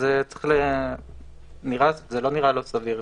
זה לא נראה לא סביר.